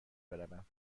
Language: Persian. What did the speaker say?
بروم